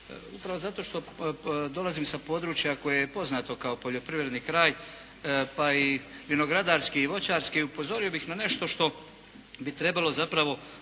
Upravo zato što dolazim sa područja koje je poznato kao poljoprivredni kraj pa i vinogradarski pa i voćarski, upozorio bi na nešto što bi trebalo zapravo možda